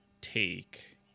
take